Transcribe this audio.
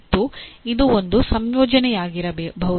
ಮತ್ತು ಇದು ಒಂದು ಸಂಯೋಜನೆಯಾಗಿರಬಹುದು